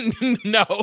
No